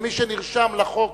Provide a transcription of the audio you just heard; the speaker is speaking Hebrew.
ומי שנרשם לחוק